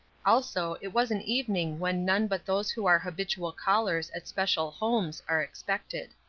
also it was an evening when none but those who are habitual callers at special homes are expected.